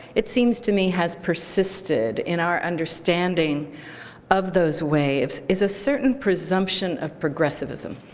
it seems to me, has persisted in our understanding of those waves is a certain presumption of progressivism.